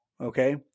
Okay